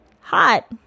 Hot